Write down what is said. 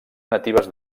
natives